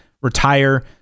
retire